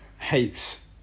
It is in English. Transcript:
hates